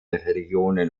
religionen